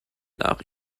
nach